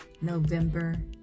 November